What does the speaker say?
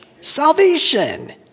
salvation